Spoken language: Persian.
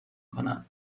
کنن